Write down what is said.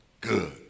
good